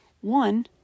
One